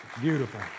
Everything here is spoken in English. Beautiful